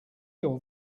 your